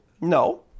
No